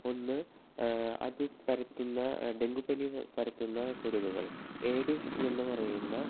ഒന്ന് അത് പരത്തുന്ന ഡെങ്കു പനി പരത്തുന്ന കൊതുകുകൾ ഏഡിസ് എന്നു പറയുന്ന